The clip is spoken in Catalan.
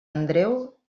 andreu